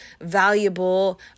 valuable